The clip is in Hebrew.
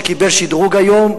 שקיבל שדרוג היום,